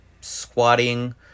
squatting